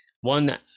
one